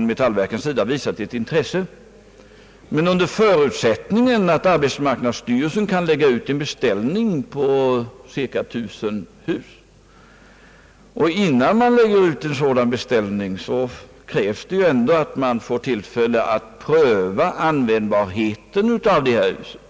Metallverken har visat intresse, det är riktigt, men under förutsättningen att arbetsmarknadsstyrelsen kan lägga ut en beställning på cirka 1 000 hus. Innan man lägger ut en sådan beställning krävs det ändå, att man får tillfälle att pröva användbarheten av dessa hus och